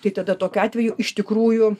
tai tada tokiu atveju iš tikrųjų